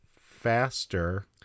faster